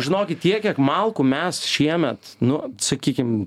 žinokit tiek kiek malkų mes šiemet nu sakykim